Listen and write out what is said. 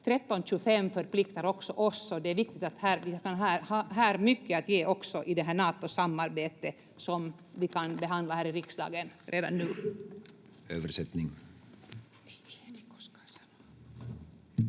1325 förpliktar också oss, och det är viktigt att vi har mycket att ge också i det här Nato-samarbetet, som vi kan behandla här i riksdagen redan nu. [Tulkki